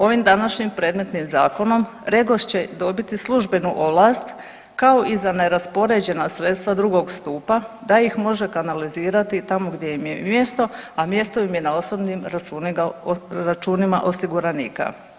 Ovim današnjim predmetnim zakonom Regos će dobiti službenu ovlast kao i za neraspoređena sredstva drugog stupa da ih može kanalizirati tamo gdje im je mjesto, a mjesto im je na osobnim računima osiguranika.